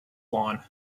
lawn